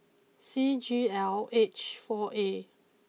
C G L H four A